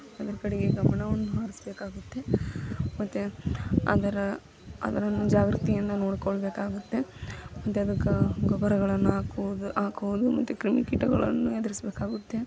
ಅದರ ಕಡೆಗೆ ಗಮನವನ್ನು ಹರಿಸ್ಬೇಕಾಗುತ್ತೆ ಮತ್ತು ಅದರ ಅದರ ಮುಂಜಾಗ್ರತೆಯನ್ನು ನೋಡ್ಕೊಳ್ಳಬೇಕಾಗುತ್ತೆ ಮತ್ತು ಅದಕ್ಕೆ ಗೊಬ್ಬರಗಳನ್ನು ಹಾಕುವುದು ಹಾಕೋದು ಮತ್ತು ಕ್ರಿಮಿ ಕೀಟಗಳನ್ನು ಎದುರಿಸ್ಬೇಕಾಗುತ್ತೆ